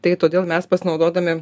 tai todėl mes pasinaudodami